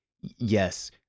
yes